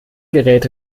gerät